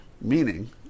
meaning